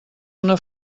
una